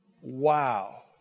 wow